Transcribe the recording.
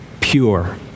pure